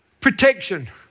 protection